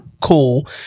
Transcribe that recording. Cool